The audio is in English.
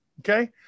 okay